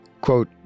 Quote